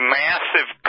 massive